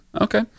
okay